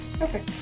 Okay